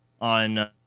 on